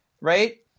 Right